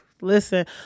Listen